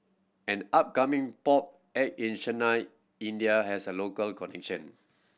an upcoming pop act in Chennai India has a local